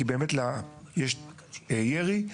כי יש ירי,